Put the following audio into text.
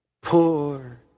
poor